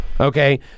Okay